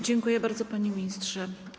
Dziękuję bardzo, panie ministrze.